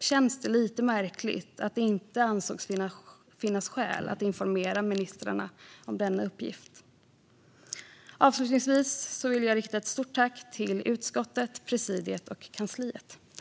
känns det lite märkligt att det inte ansågs finnas skäl att informera ministrarna om denna uppgift. Avslutningsvis vill jag rikta ett stort tack till utskottet, presidiet och kansliet.